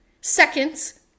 seconds